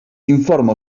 informa